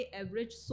average